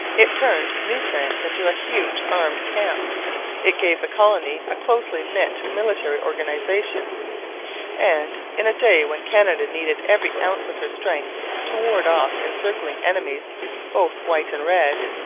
it turned new france into a huge armed camp it gave the colony a closely knit military organization and, in a day when canada needed every ounce of her strength to ward off encircling enemies both white and red,